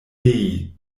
nei